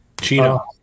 Chino